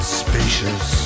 spacious